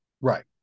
right